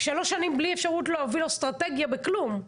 שלוש שנים בלי אפשרות להוביל אסטרטגיה בכלום.